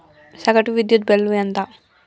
సగటు విద్యుత్ బిల్లు ఎంత?